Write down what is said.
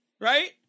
right